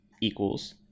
equals